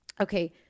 Okay